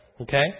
Okay